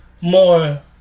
more